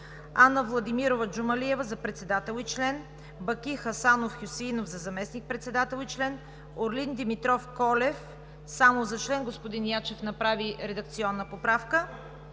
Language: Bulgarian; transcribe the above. Ана Владимирова Джумалиева за председател и член; Баки Хасанов Хюсеинов за заместник-председател и член; Орлин Димитров Колев само за член – господин Ячев направи редакционна поправка;